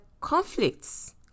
conflicts